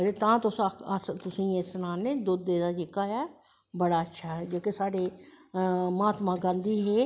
ते तां अस तुसेंगी सना नें कि दुध्द जेह्का एह्दा ऐ बड़ा अच्छा ऐ जेह्के साढ़े महातमां गांधी हे